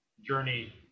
journey